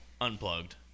Unplugged